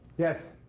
yes?